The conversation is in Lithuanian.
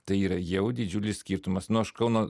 tai yra jau didžiulis skirtumas nu aš kauno